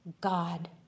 God